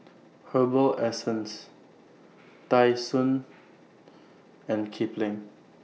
Herbal Essences Tai Sun and Kipling